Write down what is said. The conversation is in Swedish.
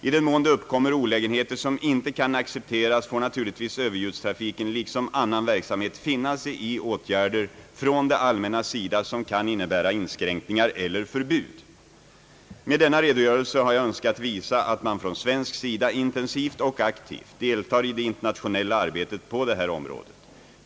I den mån det uppkommer olägenheter som inte kan accepteras, får naturligtvis överljudstrafiken liksom annan verksamhet finna sig i åtgärder från det allmännas sida som kan innebära inskränkningar eller förbud. Med denna redogörelse har jag önskat visa att man från svensk sida intensivt och aktivt deltar i det internationella arbetet på detta område.